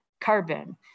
carbon